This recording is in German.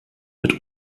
mit